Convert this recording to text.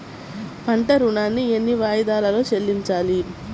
పంట ఋణాన్ని ఎన్ని వాయిదాలలో చెల్లించాలి?